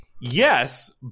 yes